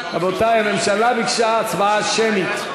רבותי, הממשלה ביקשה הצבעה שמית.